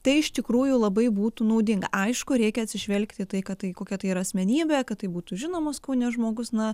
tai iš tikrųjų labai būtų naudinga aišku reikia atsižvelgti į tai kad tai kokia tai yra asmenybė kad tai būtų žinomas kaune žmogus na